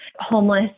homeless